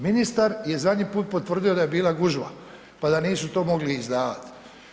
Ministar je zadnji puta potvrdio da je bila gužva pa da nisu to mogli izdavati.